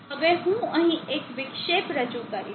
હવે હું અહીં એક વિક્ષેપ રજૂ કરીશ